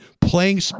playing